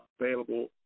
available